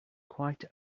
quite